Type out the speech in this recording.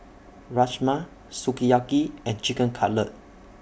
Rajma Sukiyaki and Chicken Cutlet